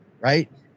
right